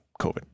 COVID